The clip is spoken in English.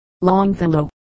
Longfellow